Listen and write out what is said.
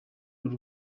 urwo